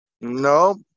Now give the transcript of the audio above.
No